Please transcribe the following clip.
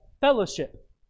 fellowship